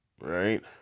right